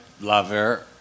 lover